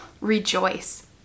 rejoice